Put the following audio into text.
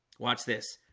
watch this